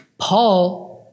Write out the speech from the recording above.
Paul